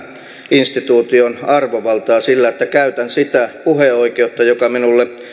instituution arvovaltaa sillä että käytän sitä puheoikeutta joka minulle